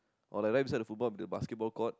or like right beside the football the basketball court